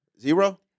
Zero